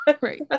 Right